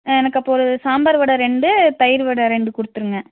ஆ எனக்கு அப்போ ஒரு சாம்பார் வடை ரெண்டு தயிர் வடை ரெண்டு கொடுத்துருங்க